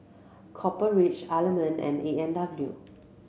Copper Ridge Element and A and W